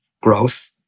growth